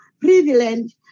prevalent